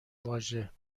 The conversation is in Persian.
واژه